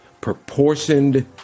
proportioned